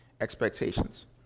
expectations